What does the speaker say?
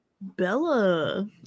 Bella